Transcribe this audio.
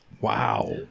Wow